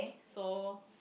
so